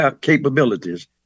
capabilities